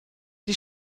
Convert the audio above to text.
die